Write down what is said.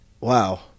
Wow